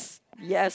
yes